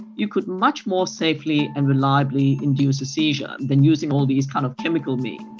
you could much more safely and reliably induce a seizure than using all these kind of chemical means.